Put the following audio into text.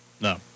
No